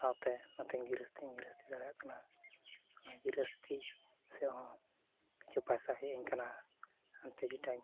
ᱥᱟᱶᱛᱮ ᱱᱚᱛᱮᱧ ᱜᱮᱨᱚᱥᱛᱤᱧ ᱜᱮᱨᱚᱥᱛᱤ ᱫᱟᱲᱮᱭᱟᱜ ᱠᱟᱱᱟ ᱜᱮᱨᱚᱥᱛᱤ ᱥᱮᱪᱦᱚᱸ ᱠᱤᱩᱪᱷᱩ ᱯᱟᱭᱥᱟ ᱦᱮᱡᱟᱹᱧ ᱠᱟᱱᱟ ᱦᱟᱱᱛᱮ ᱡᱮᱴᱟᱧ